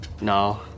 No